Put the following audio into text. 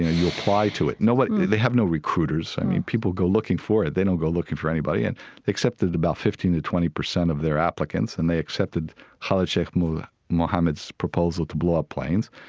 ah you apply to it. nobody they have no recruiters, i mean, people go looking for it they don't go looking for anybody and they accepted about fifteen to twenty percent of their applicants and they accepted khalid sheikh mohammed's proposal to blow up planes.